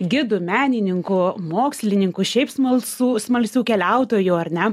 gidų menininkų mokslininkų šiaip smalsų smalsių keliautojų ar ne